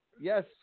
Yes